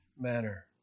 manner